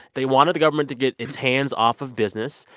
they wanted the government to get its hands off of business.